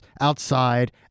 outside